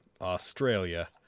Australia